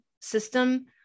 system